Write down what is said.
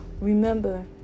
Remember